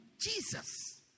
Jesus